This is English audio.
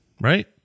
right